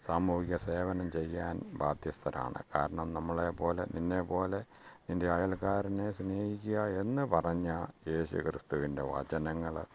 സാമൂഹിക സേവനം ചെയ്യാൻ ബാധ്യസ്ഥനാണ് കാരണം നമ്മളെ പോലെ നിന്നെ പോലെ നിൻ്റെ അയൽക്കാരനെ സ്നേഹിക്കുക എന്ന് പറഞ്ഞ യേശുക്രിസ്തുവിൻ്റെ വചനങ്ങള്